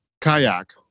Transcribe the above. kayak